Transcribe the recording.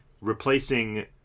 replacing